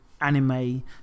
anime